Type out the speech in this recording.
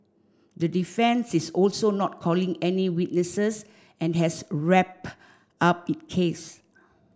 the defence is also not calling any witnesses and has wrapped up it case